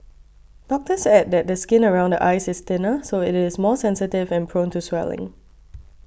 doctors add that the skin around the eyes is thinner so it is more sensitive and prone to swelling